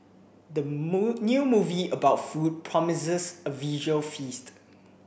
the new movie about food promises a visual feast